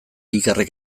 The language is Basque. ikerrek